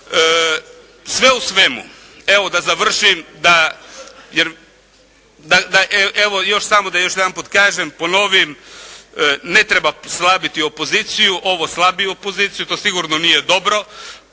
Sve u svemu, evo da završim, jer, evo samo da još jedanput kažem, ponovim, ne treba slabiti opoziciju. Ovo slabi opoziciju, to sigurno nije dobro,